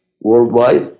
worldwide